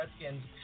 Redskins